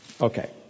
okay